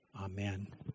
Amen